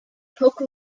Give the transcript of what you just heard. poke